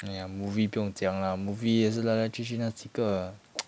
!aiya! movie 不用讲 lah movie 也是来来去去那几个